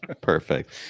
Perfect